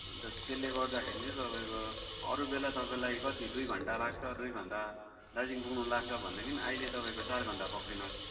अन्त त्यसले गर्दाखेरि चाहिँ तपाईँको अरू बेला तपाईँलाई कति दुई घन्टा लाग्छ दुई घन्टा दार्जिलिङ पुग्नु लाग्छ भनेदेखि अहिले तपाईँको चार घन्टा पक्रिनुहोस्